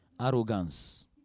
arrogance